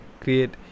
create